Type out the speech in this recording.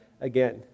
again